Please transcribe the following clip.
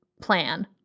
plan